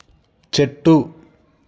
చెట్టు